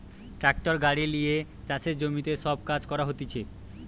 tractor গাড়ি লিয়ে চাষের জমিতে সব কাজ করা হতিছে